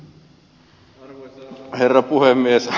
arvoisa herra puhemies